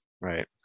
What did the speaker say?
right